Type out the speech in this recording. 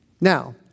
Now